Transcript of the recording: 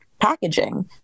packaging